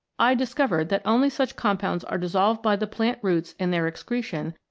i discovered that only such compounds are dissolved by the plant roots and their excretion,